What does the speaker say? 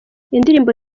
indirimbo